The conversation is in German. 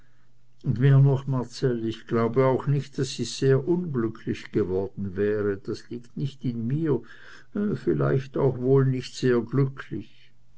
und mehr noch marcell ich glaube auch nicht daß ich sehr unglücklich geworden wäre das liegt nicht in mir freilich auch wohl nicht sehr glücklich